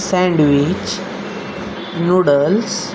sandwich noodles